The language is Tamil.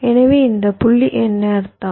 எனவே இந்த புள்ளி என்ன அர்த்தம்